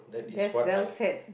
that's well said